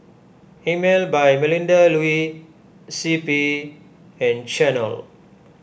Emel by Melinda Looi C P and Chanel